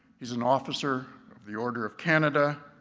he's an officer of the order of canada.